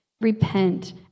Repent